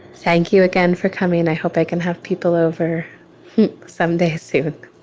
thank you again for coming. and i hope i can have people over some day say